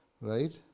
Right